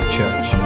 Church